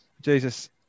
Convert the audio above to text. Jesus